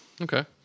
okay